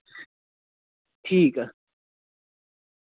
ठीक